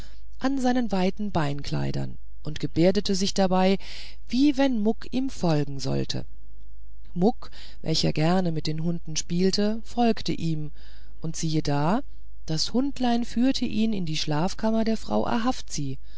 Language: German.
an seinen weiten beinkleidern und gebärdete sich dabei wie wenn muck ihm folgen sollte muck welcher gerne mit den hunden spielte folgte ihm und siehe da das hundlein führte ihn in die schlafkammer der frau ahavzi